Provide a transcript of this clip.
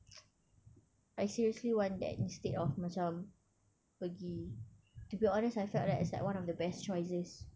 I seriously want that instead of macam pergi to be honest I felt right it's like one of the best choices